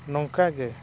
ᱱᱚᱝᱠᱟᱜᱮ